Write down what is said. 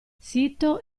sito